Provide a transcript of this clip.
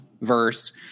verse